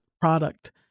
product